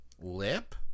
lip